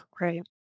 Right